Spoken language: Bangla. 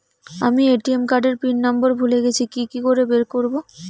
আমি এ.টি.এম কার্ড এর পিন নম্বর ভুলে গেছি কি করে বের করব?